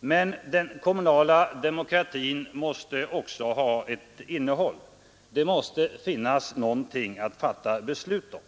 Men den kommunala demokratin måste också ha ett innehåll, det måste finnas någonting att fatta beslut om.